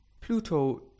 Pluto